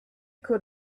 could